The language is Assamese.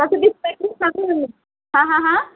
হাঁ হাঁ হাঁ